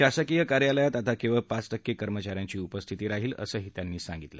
शासकीय कार्यालयात आता क्विळ पाच टक्क कर्मचा यांची उपस्थिती राहील असंही त्यांनी सांगितलं